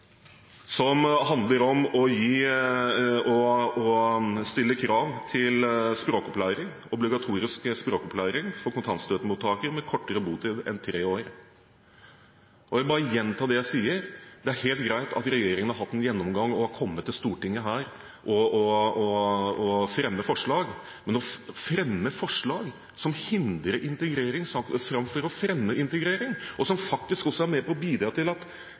som handler om å stille krav til obligatorisk språkopplæring for kontantstøttemottakere med kortere botid enn tre år. Jeg vil bare gjenta det jeg sa, at det er helt greit at regjeringen har hatt en gjennomgang og har kommet til Stortinget og fremmer forslag, men å fremme forslag som hindrer integrering, framfor å fremme integrering, og som faktisk også er med på å bidra til at